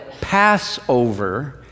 Passover